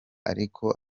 ariko